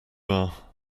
are